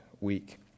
week